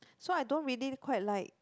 so I don't really quite like